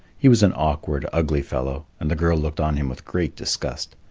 he was an awkward, ugly fellow, and the girl looked on him with great disgust,